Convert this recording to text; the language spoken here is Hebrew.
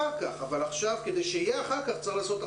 אחר כך, אבל כדי שיהיה אחר כך צריך לעשות עכשיו.